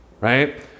right